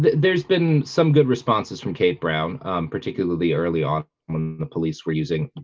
there's been some good responses from kate brown um particularly early on when the police were using,